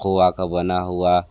खोया का बना हुआ